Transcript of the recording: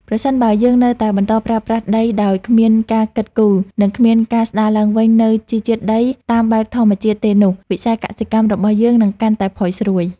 ប្រសិនបើយើងនៅតែបន្តប្រើប្រាស់ដីដោយគ្មានការគិតគូរ និងគ្មានការស្ដារឡើងវិញនូវជីវជាតិដីតាមបែបធម្មជាតិទេនោះ វិស័យកសិកម្មរបស់យើងនឹងកាន់តែផុយស្រួយ។